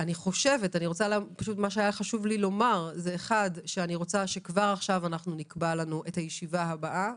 מה שהיה חשוב לי לומר שאני רוצה שכבר עכשיו נקבע לנו את הישיבה הבאה,